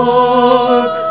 Lord